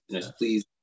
please